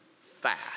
fast